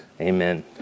Amen